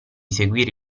seguire